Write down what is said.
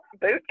boot